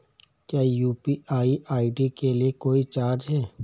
क्या UPI ID के लिए कोई चार्ज है?